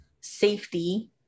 safety